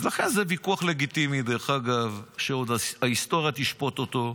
לכן זה ויכוח לגיטימי שההיסטוריה עוד תשפוט אותו,